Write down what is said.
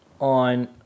on